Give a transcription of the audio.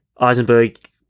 Eisenberg